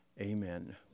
Amen